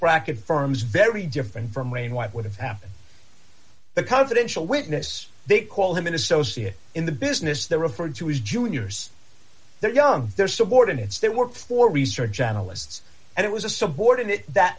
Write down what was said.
bracket firms very different from wayne wife would have happened the confidential witness they call him an associate in the business they referred to his juniors their young their subordinates their work for research analysts and it was a subordinate that